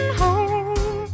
home